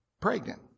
pregnant